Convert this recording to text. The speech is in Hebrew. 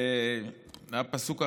הפסוק הראשון,